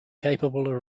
capable